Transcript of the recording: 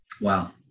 wow